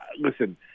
listen